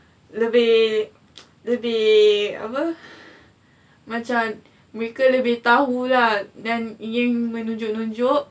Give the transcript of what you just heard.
lebih lebih apa macam mereka lebih tahu lah and then ingin menunjuk-nunjuk